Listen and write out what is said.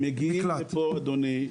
הם מגיעים לפה אדוני,